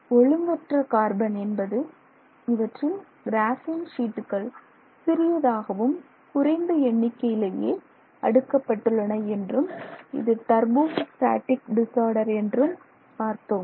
ஒழுங்கற்ற கார்பன் என்பது இவற்றில் கிராபீன் சீட்டுகள் சிறியதாகவும் குறைந்த எண்ணிக்கையிலேயே அடுக்கப்பட்டுள்ளன என்றும் இது டர்போ ஸ்டாட்டிக் டிஸ்ஆர்டர் என்றும் பார்த்தோம்